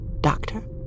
Doctor